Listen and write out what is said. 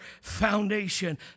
foundation